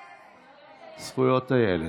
לא, זכויות הילד.